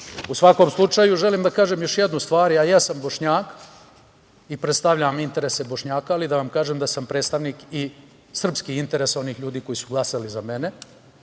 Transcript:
svakom slučaju, želim da kažem još jednu stvar, ja jesam bošnjak i predstavljam interese bošnjaka, ali želim da vam kažem da sam predstavnik i srpski interesovanih ljudi koji su glasali za mene.